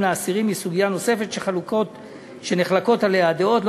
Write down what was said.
לאסירים היא סוגיה נוספת שנחלקות עליה הדעות,